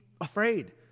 afraid